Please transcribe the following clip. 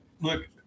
look